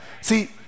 See